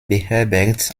beherbergt